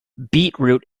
beetroot